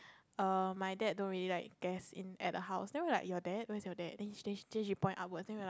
err my dad don't really like guest in at the house then we like your dad where's your dad then she then she then she point upwards then we were like